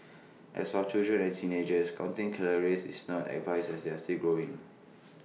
as for children and teenagers counting calories is not advised as they are still growing